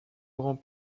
grand